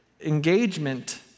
engagement